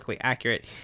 accurate